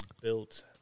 built